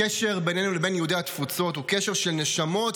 הקשר בינינו לבין יהודי לתפוצות הוא קשר של נשמות,